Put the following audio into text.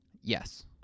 Yes